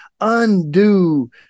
undo